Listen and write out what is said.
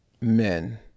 men